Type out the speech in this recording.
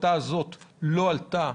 ההחלטה הזאת לא עלתה,